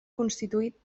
constituït